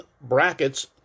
brackets